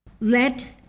Let